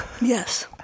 yes